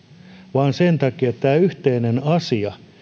vaan sen takia että tämä on yhteinen asia